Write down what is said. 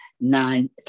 nine